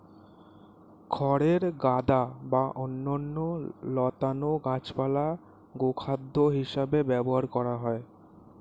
খড়ের গাদা বা অন্যান্য লতানো গাছপালা গোখাদ্য হিসেবে ব্যবহার করা হয়